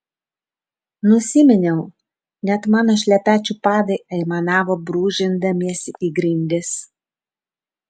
nusiminiau net mano šlepečių padai aimanavo brūžindamiesi į grindis